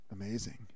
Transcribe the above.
amazing